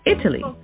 Italy